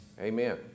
Amen